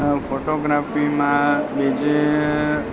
તો ફોટોગ્રાફીમાં બીજે